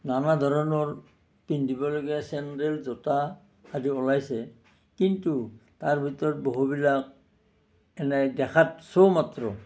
নানা ধৰণৰ পিন্ধিবলগীয়া চেণ্ডেল জোতা আদি ওলাইছে কিন্তু তাৰ ভিতৰত বহুবিলাক এনেই দেখাত শ্ব' মাত্ৰ